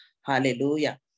hallelujah